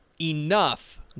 enough